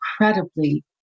incredibly